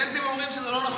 הסטודנטים אומרים שזה לא נכון.